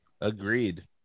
agreed